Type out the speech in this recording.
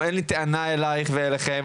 אין לי טענה אלייך ואליכם,